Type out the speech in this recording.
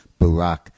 Barack